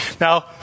Now